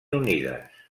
unides